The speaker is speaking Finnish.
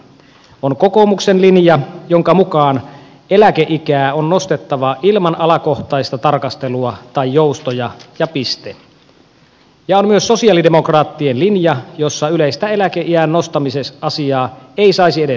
on kokoomuksen linja jonka mukaan eläkeikää on nostettava ilman alakohtaista tarkastelua tai joustoja ja piste ja on myös sosialidemokraattien linja jossa yleistä eläkeiän nostamisasiaa ei saisi edes keskustella